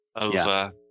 over